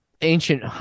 ancient